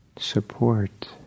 support